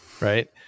right